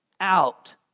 out